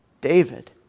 David